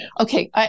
okay